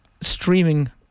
Streaming